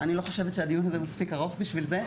זה מתחבר למה שאמרת על זכויות הצבעה.